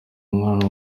umwana